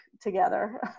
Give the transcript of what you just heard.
together